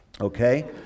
Okay